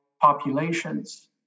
populations